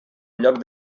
lloc